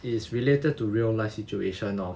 it is related to real life situation lor